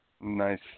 Nice